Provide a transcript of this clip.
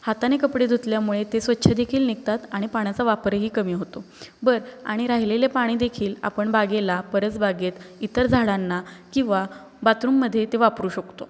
हाताने कपडे धुतल्यामुळे ते स्वच्छदेखील निघतात आणि पाण्याचा वापरही कमी होतो बर आणि राहिलेले पाणीदेखील आपण बागेला परसबागेत इतर झाडांना किंवा बाथरूममध्ये ते वापरू शकतो